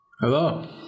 Hello